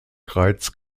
greiz